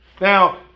Now